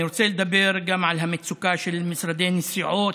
ואני רוצה לדבר גם על המצוקה של משרדי נסיעות,